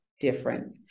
different